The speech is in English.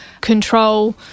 control